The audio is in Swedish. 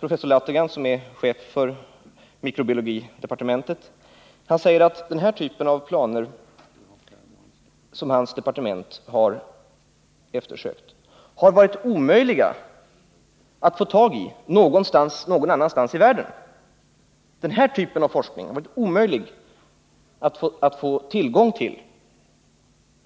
Professor Lategan, som är chef för mikrobiologidepartementet, säger att den typ av planer som hans departement har eftersökt har varit omöjliga att få tag i någon annanstans i världen. Denna typ av forskning är omöjlig att få tillgång till någon annanstans,